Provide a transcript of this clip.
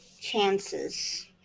chances